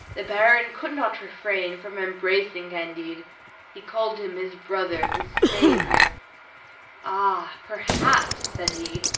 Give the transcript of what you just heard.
the baron could not refrain from embracing candide he called him his brother, his saviour. ah! perhaps, said he,